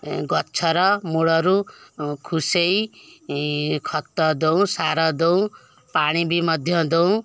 ଗଛର ମୂଳରୁ ଖୁସାଇ ଖତ ଦେଉ ସାର ଦେଉ ପାଣି ବି ମଧ୍ୟ ଦେଉ